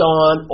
on